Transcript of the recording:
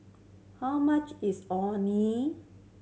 how much is Orh Nee